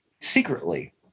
secretly